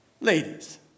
Ladies